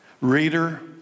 Reader